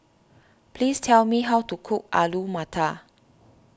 please tell me how to cook Alu Matar